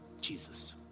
Jesus